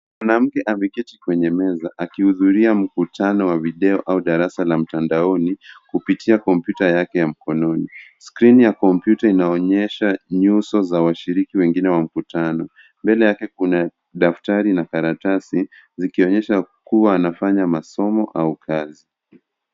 Mwanamke ameketi katika kwenye meza akihudhuria mkutano wa video au darasa la mtandaoni, kupitia kompyuta yake ya mkononi. Skrini ya kompyuta inaonyesha nyuso za washiriki wengine wa mkutano. Mbele yake kuna daftari na karatasi zikikuonyesha kuwa anafanya masomo au kazi.